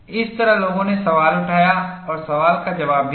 इस तरह लोगों ने सवाल उठाया और सवाल का जवाब भी दिया